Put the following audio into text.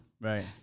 Right